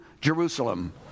Jerusalem